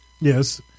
Yes